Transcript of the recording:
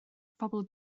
phobl